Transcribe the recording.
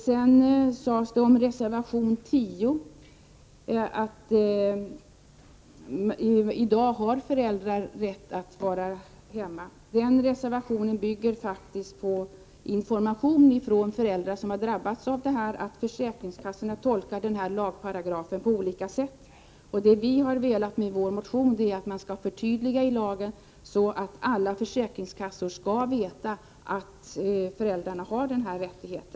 Sedan sades det om reservation 10 att föräldrar i dag har rätt att vara hemma. Denna reservation bygger faktiskt på information från föräldrar som har drabbats av att försäkringskassorna tolkar den här lagparagrafen på olika sätt. Vad vi har velat med vår motion är att man skall förtydliga lagen, så att alla försäkringskassor skall veta att föräldrar har denna rättighet.